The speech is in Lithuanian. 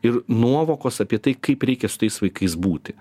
ir nuovokos apie tai kaip reikia su tais vaikais būti